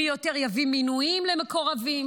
מי יביא יותר מינויים למקורבים,